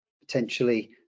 potentially